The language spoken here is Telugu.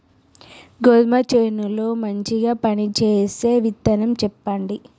గోధుమ చేను లో మంచిగా పనిచేసే విత్తనం చెప్పండి?